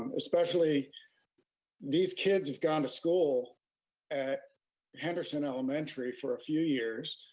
especially these kids have gone to school at henderson elementary for a few years.